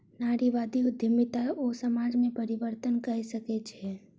नारीवादी उद्यमिता सॅ ओ समाज में परिवर्तन कय सकै छै